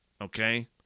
Okay